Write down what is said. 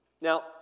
Now